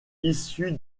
issu